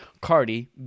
Cardi